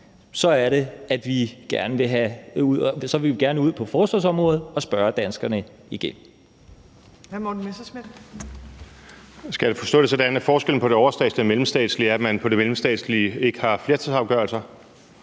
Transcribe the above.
så er det, at vi gerne på forsvarsområdet vil ud at spørge danskerne igen.